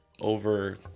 over